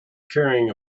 carrying